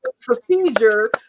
procedure